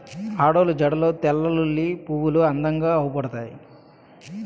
ఆడోళ్ళు జడల్లో తెల్లలిల్లి పువ్వులు అందంగా అవుపడతాయి